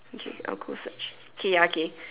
okay I'll go search okay ya K